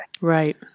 Right